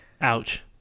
ouch